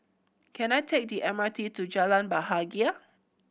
can I take the M R T to Jalan Bahagia